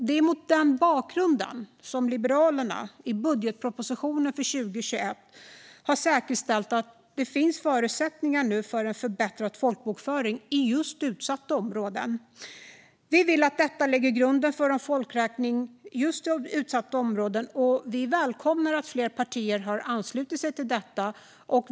Det är mot denna bakgrund som Liberalerna i budgetpropositionen för 2021 säkerställt att det finns förutsättningar för en förbättrad folkbokföring i utsatta områden. Vi vill att detta lägger grunden för en folkräkning i utsatta områden, och vi välkomnar att fler partier har anslutit sig till detta.